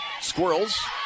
Squirrels